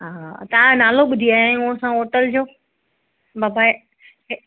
हा तव्हां जो नालो ॿुधी आया आहियूं असां होटल जो मां पाए